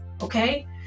okay